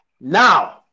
Now